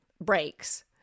breaks